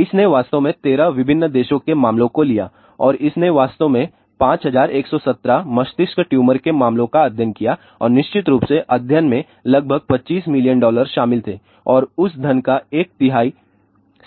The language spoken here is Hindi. इसने वास्तव में 13 विभिन्न देशों के मामलों को लिया और इसने वास्तव में 5117 मस्तिष्क ट्यूमर के मामलों का अध्ययन किया और निश्चित रूप से अध्ययन में लगभग 25 मिलियन डॉलर शामिल थे और उस धन का एक तिहाई